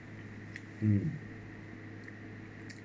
mm